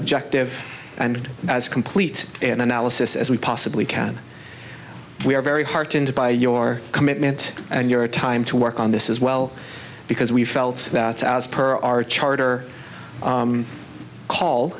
objective and as complete an analysis as we possibly can we are very heartened by your commitment and your time to work on this is well because we felt that as per our charter call